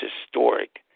historic